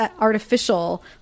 artificial